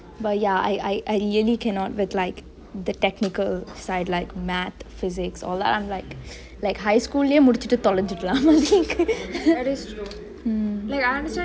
but ya I I really cannot read like the technical side like math physics or I'm like like high school லெயே முடிச்சுட்டு தொலஞ்சிருலா:leye mudichitu tolenjirulaa mm